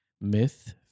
myth